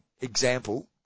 example